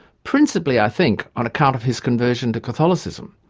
principally i think, on account of his conversion to catholicism.